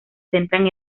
centran